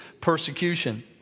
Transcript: persecution